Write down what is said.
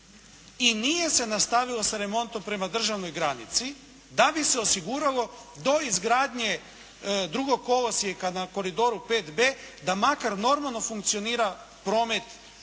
i nije se nastavilo sa remontom prema državnoj granici da bi se osiguralo do izgradnje drugog kolosijeka na koridoru 5B da makar normalno funkcionira promet